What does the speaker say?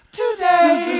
today